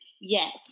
Yes